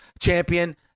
Champion